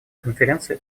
конференции